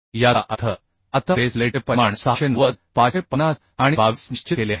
याचा अर्थ आता बेस प्लेटचे परिमाण 690 550 आणि 22 निश्चित केले आहेत